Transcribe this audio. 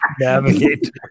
navigate